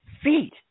feet